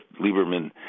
Lieberman